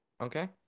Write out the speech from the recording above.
Okay